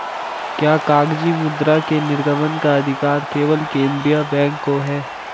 क्या कागजी मुद्रा के निर्गमन का अधिकार केवल केंद्रीय बैंक को है?